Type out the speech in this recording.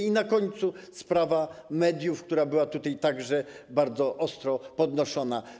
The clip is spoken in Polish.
I na koniec sprawa mediów, która była tutaj także bardzo ostro podnoszona.